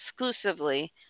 exclusively